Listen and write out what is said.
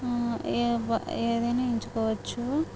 ఏ ఏదైనా ఎంచుకోవచ్చు